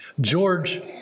George